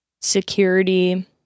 security